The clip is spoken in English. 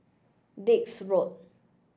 Dix Road